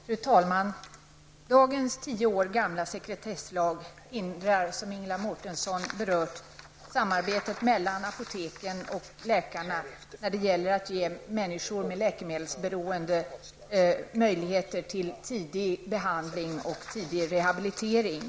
Fru talman! Dagens tio år gamla sekretesslag hindrar, som Ingela Mårtensson berörde, samarbetet mellan apoteken och läkarna när det gäller att ge människor som är läkemedelsberoende möjligheter till tidig behandling och tidig rehablilitering.